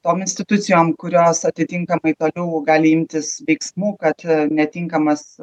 tom institucijom kurios atitinkamai toliau gali imtis veiksmų kad netinkamas